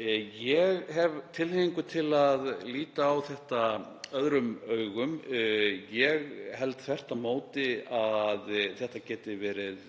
Ég hef tilhneigingu til að líta á þetta öðrum augum. Ég held þvert á móti að þetta geti orðið